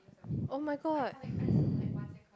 [oh]-my-god